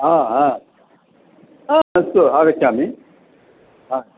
हा हा हा अस्तु आगच्छामि ह